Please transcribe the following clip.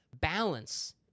balance